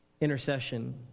Intercession